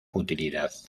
utilidad